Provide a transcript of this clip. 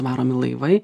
varomi laivai